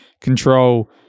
control